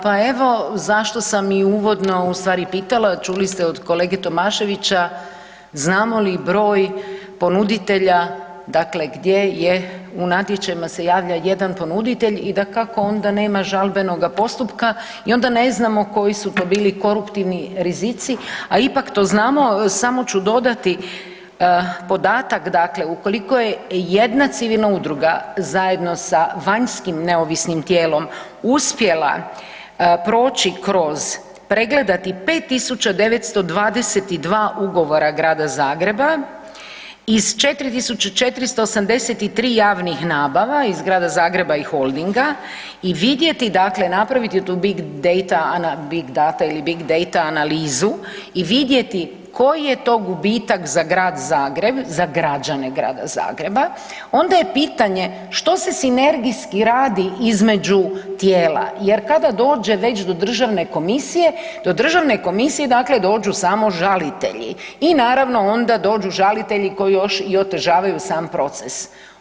Pa evo, zašto sam i uvodno ustvari pitala, čuli ste od kolege Tomaševića, znamo li broj ponuditelja, dakle gdje je u natječajima se javlja jedan ponuditelji i dakako, onda nema žalbenoga postupka i onda ne znamo koji su to bili koruptivni rizici, a ipak, to znamo, samo ću dodati podatak, dakle ukoliko je jedna civilna udruga zajedno sa vanjskim neovisnim tijelom uspjela proći kroz, pregledati 5 922 ugovora grada Zagreba, iz 4 483 javnih nabava iz Grada Zagreba i Holdinga i vidjeti dakle napraviti tu big data ili big dejta analizu i vidjeti koji je to gubitak za Grad Zagreb za građene Grada Zagreba, onda je pitanje što se sinergijski radi između tijela jer kada dođe već do državne komisije, do državne komisije dakle dođu samo žalitelji i naravno onda dođu žalitelji koji još i otežavaju sam proces.